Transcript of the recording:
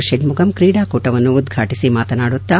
ಷಣ್ಣುಗಂ ಕ್ರೀಡಾಕೂಟವನ್ನು ಉದ್ಘಾಟಿಸಿ ಮಾತನಾಡುತ್ತಾ